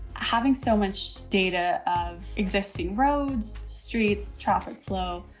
having so much data of existing roads, streets, traffic flow.